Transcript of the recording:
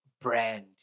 brand